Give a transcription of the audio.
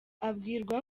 abwirwa